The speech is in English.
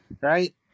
right